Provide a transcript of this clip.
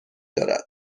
دارد